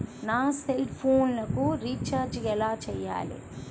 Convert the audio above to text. నా సెల్ఫోన్కు రీచార్జ్ ఎలా చేయాలి?